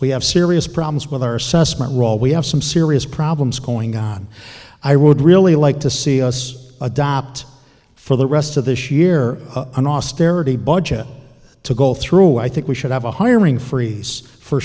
we have serious problems with our assessment roll we have some serious problems going on i would really like to see us adopt for the rest of this year an austerity budget to go through i think we should have a hiring freeze for